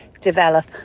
develop